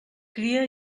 cria